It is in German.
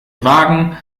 wagen